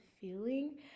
feeling